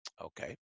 Okay